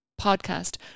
podcast